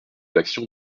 l’action